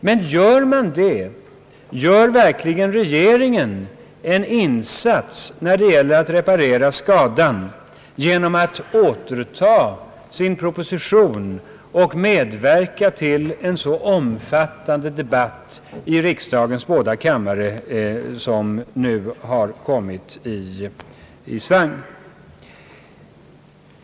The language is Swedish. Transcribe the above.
Men gör verkligen regeringen en insats när det gäller att reparera skadan genom att återtaga sin proposition och medverka till en så uppslitande debatt i riksdagens båda kammare som nu har kommit i gång?